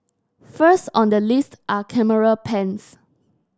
first on the list are camera pens